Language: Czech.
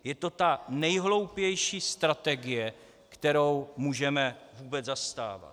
Je to ta nejhloupější strategie, kterou můžeme vůbec zastávat.